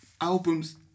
albums